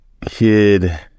kid